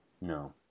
No